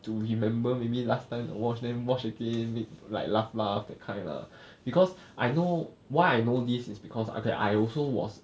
to remember maybe last time I watch then watch again like laugh laugh that kind lah because I know why I know this is because okay I also was